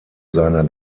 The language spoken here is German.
seiner